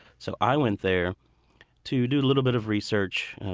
so i went there to do a little bit of research